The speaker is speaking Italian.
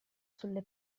sulle